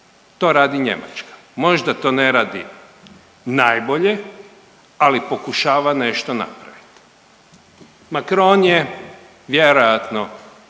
To radi Njemačka. Možda to ne radi najbolje, ali pokušava nešto napraviti. Macron je vjerojatno